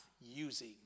using